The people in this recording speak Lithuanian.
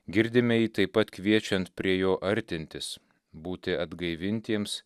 girdime jį taip pat kviečiant prie jo artintis būti atgaivintiems